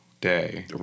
day